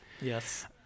Yes